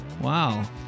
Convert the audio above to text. Wow